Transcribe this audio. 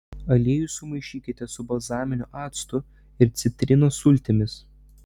aliejų sumaišykite su balzaminiu actu ir citrinos sultimis